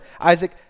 Isaac